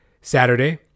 Saturday